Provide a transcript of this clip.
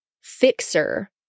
fixer